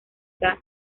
dan